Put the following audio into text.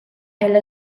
ella